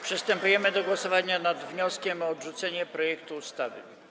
Przystępujemy do głosowania nad wnioskiem o odrzucenie projektu ustawy.